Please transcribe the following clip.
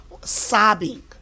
sobbing